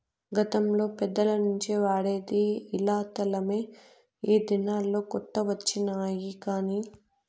గతంలో పెద్దల నుంచి వాడేది ఇలా తలమే ఈ దినాల్లో కొత్త వచ్చినాయి కానీ